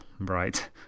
Right